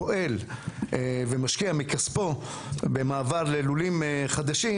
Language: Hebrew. פועל ומשקיע מכשפו במעבר ללולים חדשים